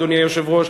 אדוני היושב-ראש,